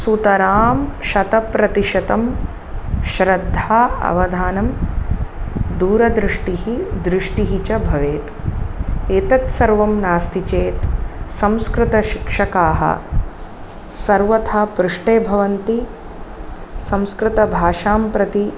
सुतरां शतप्रतिशतं श्रद्धा अवधानं दूरदृष्टिः दृष्टिः च भवेत् एतत्सर्वं नास्ति चेत् संस्कृतशिक्षकाः सर्वथा पृष्ठे भवन्ति संस्कृतभाषां प्रति